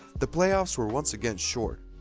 the playoffs were once again short.